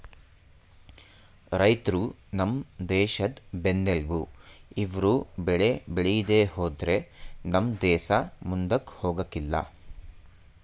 ರೈತ್ರು ನಮ್ ದೇಶದ್ ಬೆನ್ನೆಲ್ಬು ಇವ್ರು ಬೆಳೆ ಬೇಳಿದೆ ಹೋದ್ರೆ ನಮ್ ದೇಸ ಮುಂದಕ್ ಹೋಗಕಿಲ್ಲ